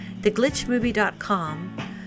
theglitchmovie.com